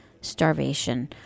starvation